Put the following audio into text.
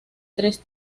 tres